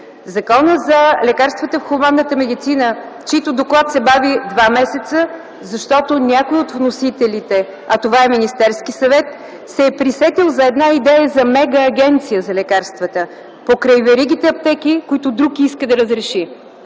Закона за лекарствата в хуманната медицина, чийто доклад се бави два месеца, защото някои от вносителите, а това е Министерският съвет, се е пресетил за една идея за мега агенция за лекарствата, покрай веригите аптеки, които друг иска да разреши.